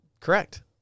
Correct